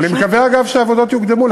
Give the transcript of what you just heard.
אני מקווה, אגב, שהעבודות יוקדמו.